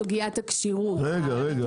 סוגית הכשירות --- רגע,